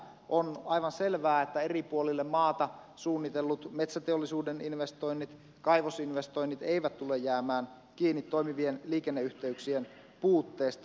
on aivan selvää että eri puolille maata suunnitellut metsäteollisuuden investoinnit kaivosinvestoinnit eivät tule jäämään kiinni toimivien liikenneyhteyksien puutteesta